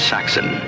Saxon